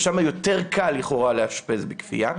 ושם יותר קל לכאורה לאשפז בכפייה.